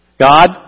God